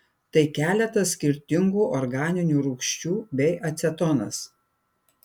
tai keletas skirtingų organinių rūgščių bei acetonas